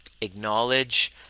acknowledge